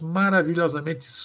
maravilhosamente